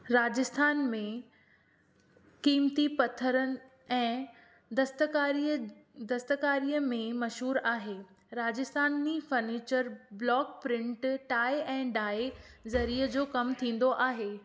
राजस्थान में क़ीमती पत्थरनि ऐं दस्तकारीअ दस्तकारीअ में मशहूर आहे Rajasthani furniture block print tie ऐं डाई ज़रीअ जो कमु थींदो आहे